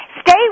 stay